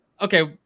Okay